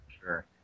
Sure